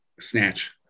Snatch